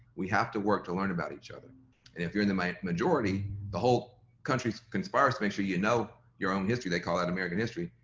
we have to work to learn about each other and if you're in the majority, the whole country conspires to make sure you know your own history, they call that american history,